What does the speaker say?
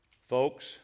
Folks